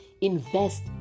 invest